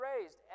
raised